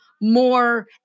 more